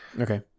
Okay